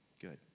Good